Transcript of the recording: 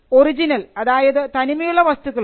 original അതായത് തനിമയുള്ള വസ്തുക്കൾ ഉണ്ട്